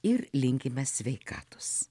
ir linkime sveikatos